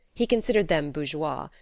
he considered them bourgeois,